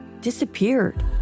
disappeared